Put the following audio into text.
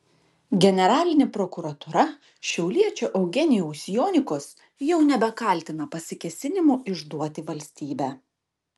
generalinė prokuratūra šiauliečio eugenijaus jonikos jau nebekaltina pasikėsinimu išduoti valstybę